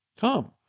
Come